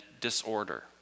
disorder